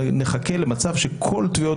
הוא לא נושה בשלב הזה, הוא לא הגיש תביעת